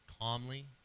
calmly